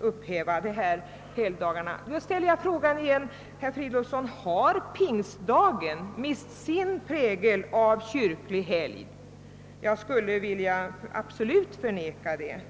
upphäva detta förbud. Jag ställer på nytt frågan: Har pingstdagen mist sin prägel av kyrklig helg? Jag vill absolut förneka det.